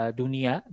dunia